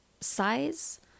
size